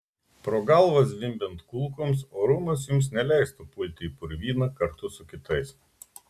pro galvą zvimbiant kulkoms orumas jums neleistų pulti į purvyną kartu su kitais